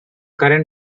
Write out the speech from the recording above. current